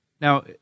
Now